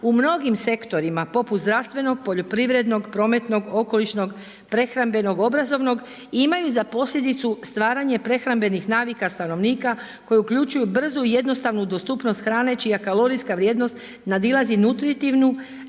u mnogim sektorima poput zdravstvenog, poljoprivrednog, prometnog, okolišnog, prehrambenog, obrazovnog, imaju za posljedicu stvaranje prehrambenih navika stanovnika koji uključuju brzu, jednostavnu dostupnost hrane čija kalorijska vrijednost nadilazi nutritivnu,